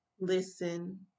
Listen